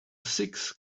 six